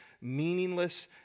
meaningless